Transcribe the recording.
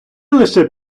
лише